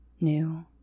New